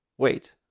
Wait